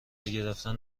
گرفتن